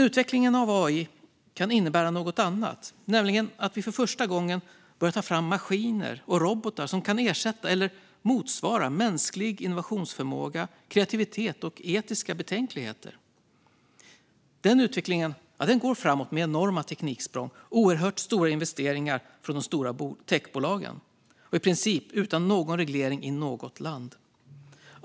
Utvecklingen av AI kan även innebära något annat, nämligen att vi för första gången börjat ta fram maskiner och robotar som kan ersätta eller motsvara mänsklig innovationsförmåga, kreativitet och etiska betänkligheter. Den utvecklingen går framåt med enorma tekniksprång och oerhört stora investeringar från de stora techbolagen, i princip utan någon reglering i något land.